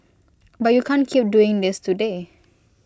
but you can't keep doing this today